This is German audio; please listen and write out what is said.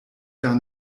gar